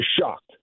shocked